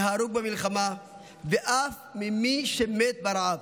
מהרוג במלחמה ואף ממי שמת ברעב.